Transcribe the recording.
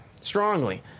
strongly